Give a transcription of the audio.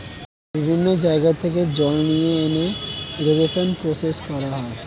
বিভিন্ন জায়গা থেকে জল নিয়ে এনে ইরিগেশন প্রসেস করা হয়